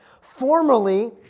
Formerly